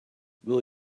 will